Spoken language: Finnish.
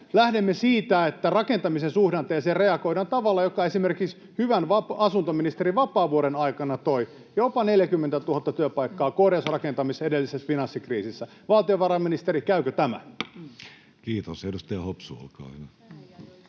lähdemme siitä, että rakentamisen suhdanteeseen reagoidaan tavalla, joka esimerkiksi hyvän asuntoministeri Vapaavuoren aikana toi jopa 40 000 työpaikkaa korjausrakentamiseen edellisessä finanssikriisissä. Valtiovarainministeri, käykö tämä? [Speech 104] Speaker: